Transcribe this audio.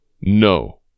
no